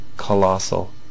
Colossal